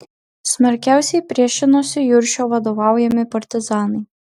smarkiausiai priešinosi juršio vadovaujami partizanai